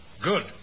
Good